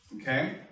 Okay